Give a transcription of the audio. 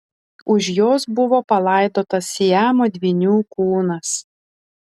už jos buvo palaidotas siamo dvynių kūnas